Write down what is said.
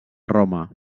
roma